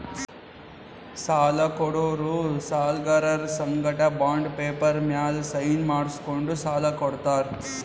ಸಾಲ ಕೊಡೋರು ಸಾಲ್ಗರರ್ ಸಂಗಟ ಬಾಂಡ್ ಪೇಪರ್ ಮ್ಯಾಲ್ ಸೈನ್ ಮಾಡ್ಸ್ಕೊಂಡು ಸಾಲ ಕೊಡ್ತಾರ್